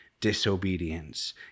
disobedience